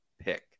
pick